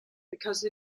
because